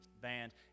band